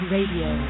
Radio